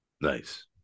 Nice